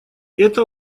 это